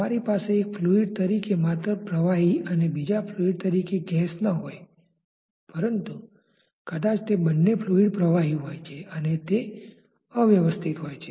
તમારી પાસે એક ફ્લુઇડ તરીકે માત્ર પ્રવાહી અને બીજા ફ્લુઇડ તરીકે ગેસ ન હોય પરંતુ કદાચ તે બંને ફ્લુઇડ પ્રવાહી હોય છે અને તે અવ્યવસ્થિત હોય છે